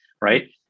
right